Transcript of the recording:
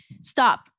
stop